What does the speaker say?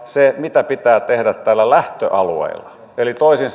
se mitä pitää tehdä lähtöalueilla eli toisin